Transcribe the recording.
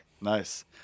Nice